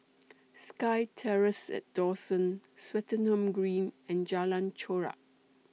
SkyTerrace At Dawson Swettenham Green and Jalan Chorak